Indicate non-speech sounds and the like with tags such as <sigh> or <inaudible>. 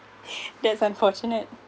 <laughs> that's unfortunate